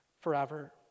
forever